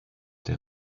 der